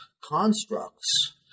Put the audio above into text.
constructs